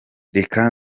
reka